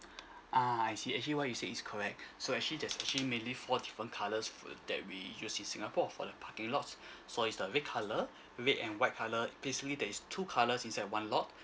ah I see actually what you said is correct so actually there's actually mainly four different colours f~ that we use in singapore for the parking lot so is the red colour red and white colour basically there is two colours inside one lot